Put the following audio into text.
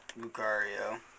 Lucario